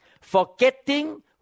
forgetting